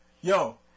yo